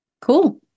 Cool